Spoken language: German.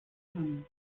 kann